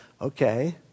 okay